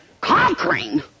conquering